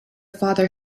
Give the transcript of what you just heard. father